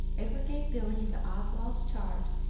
edward gave billy into oswald's charge,